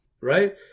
right